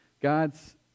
God's